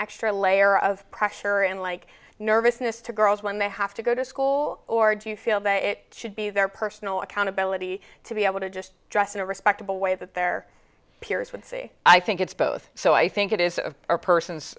extra layer of pressure and like nervousness to girls when they have to go to school or do you feel that it should be their personal accountability to be able to just dress in a respectable way that their peers would say i think it's both so i think it is a person's person